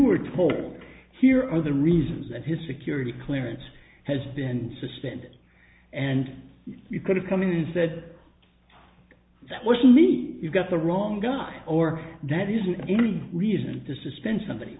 were told here are the reasons that his security clearance has been suspended and you could have come in and said that was me you've got the wrong guy or that isn't any reason to suspend somebody